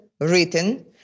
written